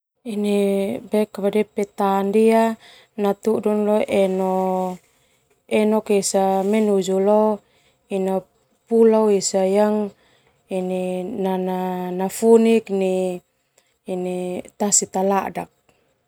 Peta ndia natudu leo enok esa menuju leo pulau esa yang ini nanafunik nai tasi taladak.